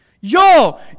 yo